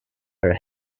her